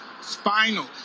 Spinal